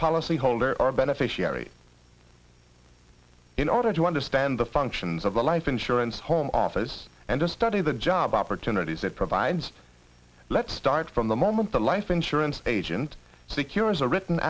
policy holder or beneficiary in order to understand the functions of the life insurance home office and to study the job opportunities it provides let's start from the moment the life insurance agent secure is a written